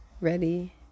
ready